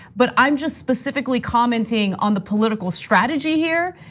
but i'm just specifically commenting on the political strategy here,